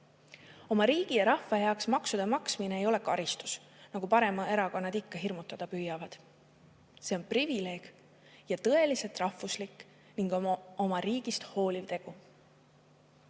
Oma riigi ja rahva heaks maksude maksmine ei ole karistus, nagu paremerakonnad ikka hirmutada püüavad. See on privileeg ja tõeliselt rahvuslik ning oma riigist hooliv